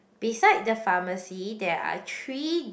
beside the pharmacy there are three